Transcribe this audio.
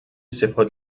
سپاه